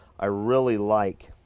i really like,